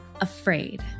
afraid